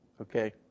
Okay